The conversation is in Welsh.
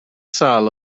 sâl